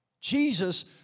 Jesus